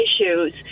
issues